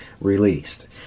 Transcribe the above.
released